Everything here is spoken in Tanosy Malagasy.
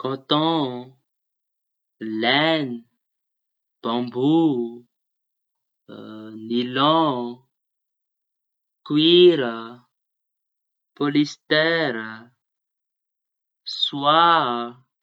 kotaon, lainy, bamboo, niloaon, koira, pôlistera, soa.